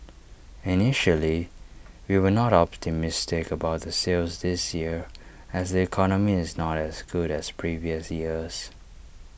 initially we were not optimistic about the sales this year as the economy is not as good as previous years